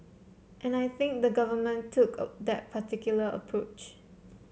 and I think the government took that particular approach